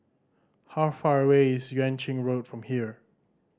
how far away is Yuan Ching Road from here